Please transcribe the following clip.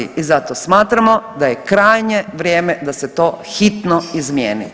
I zato smatramo da je krajnje vrijeme da se to hitno izmijeni.